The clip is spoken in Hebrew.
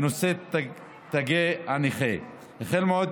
בנושא תגי הנכה, החל מעוד